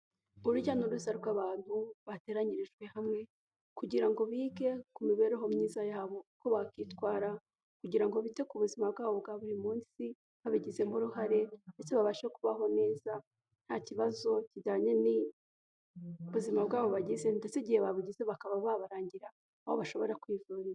Ururya n'uruza rw'abantu bateranyirijwe hamwe kugira ngo bige ku mibereho myiza yabo uko bakitwara kugira ngo bite ku buzima bwabo bwa buri munsi babigizemo uruhare ndetse babashe kubaho neza nta kibazo kijyanye n'ubuzima bwabo bagize ndetse igihe babugize bakaba babarangira aho bashobora kwivuriza.